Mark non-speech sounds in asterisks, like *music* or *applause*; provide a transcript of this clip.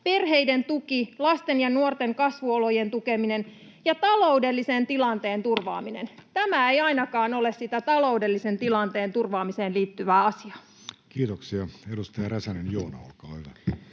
perheiden tukeen, lasten ja nuorten kasvuolojen tukemiseen ja taloudellisen tilanteen turvaamiseen. *noise* Tämä ei ainakaan ole sitä taloudellisen tilanteen turvaamiseen liittyvää asiaa. [Speech 187] Speaker: Jussi Halla-aho